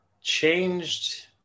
changed